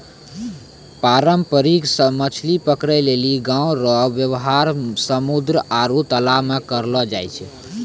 पारंपरिक मछली पकड़ै लेली नांव रो वेवहार समुन्द्र आरु तालाश मे करलो जाय छै